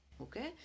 okay